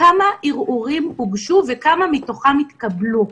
כמה ערעורים הוגשו וכמה מתוכם התקבלו.